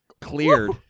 Cleared